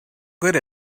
good